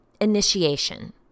initiation